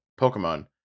Pokemon